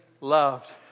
loved